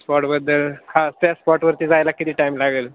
स्पॉटबद्दल हा त्या स्पॉटवरती जायला किती टाईम लागेल